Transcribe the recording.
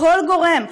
כל גורם,